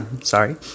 Sorry